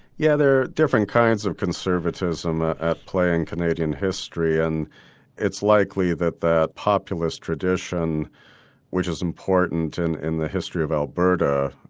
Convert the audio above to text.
yeah there are different kinds of conservatism at play in canadian history and it's likely that the populist tradition which is important and in the history of alberta,